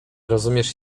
rozumiesz